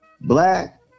black